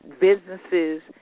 businesses